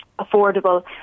affordable